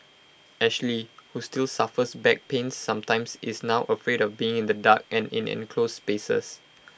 Ashley who still suffers back pains sometimes is now afraid of being in the dark and in enclosed spaces